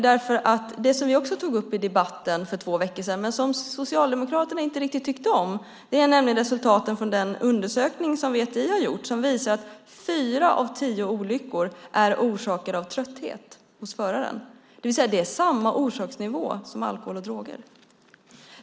Vi tog också upp i debatten för två veckor sedan - men Socialdemokraterna tyckte inte riktigt om det - resultaten från den undersökning som VTI har gjort. Den visar att fyra av tio olyckor är orsakade av trötthet hos föraren. Det är samma orsaksnivå som alkohol och droger.